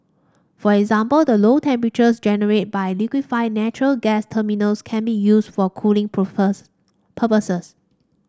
for example the low temperatures generated by liquefied natural gas terminals can be used for cooling purposes